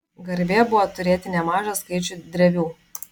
garbė buvo turėti nemažą skaičių drevių